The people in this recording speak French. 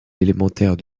élémentaire